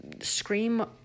scream